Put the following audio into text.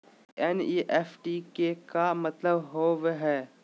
NEFT के का मतलव होव हई?